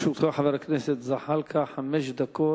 לרשותך, חבר הכנסת זחאלקה, חמש דקות.